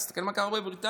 תסתכל מה קרה בבריטניה,